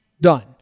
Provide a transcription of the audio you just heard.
done